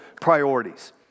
priorities